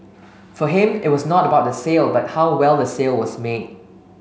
for him it was not about the sale but how well the sale was made